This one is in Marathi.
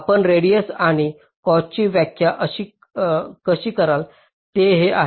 आपण रेडिएस आणि कॉस्टची व्याख्या कशी कराल ते हे आहे